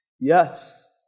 Yes